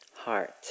heart